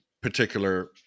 particular